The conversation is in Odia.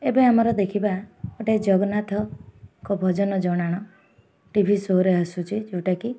ଏବେ ଆମର ଦେଖିବା ଗୋଟେ ଜଗନ୍ନାଥଙ୍କ ଭଜନ ଜଣାଣ ଟି ଭି ସୋରେ ଆସୁଛି ଯେଉଁଟାକି